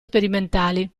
sperimentali